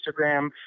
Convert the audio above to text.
Instagram